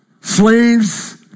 Slaves